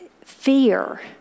fear